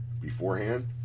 beforehand